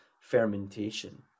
fermentation